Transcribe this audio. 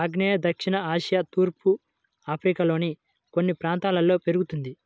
ఆగ్నేయ దక్షిణ ఆసియా తూర్పు ఆఫ్రికాలోని కొన్ని ప్రాంతాల్లో పెరుగుతుంది